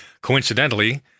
Coincidentally